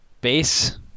base